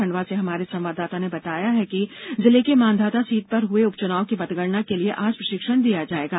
खंडवा से हमारे संवाददाता ने बताया है कि जिले की मांधाता सीट पर हुए उपच्नाव की मतगणना के लिए आज प्रशिक्षण दिया जायेगा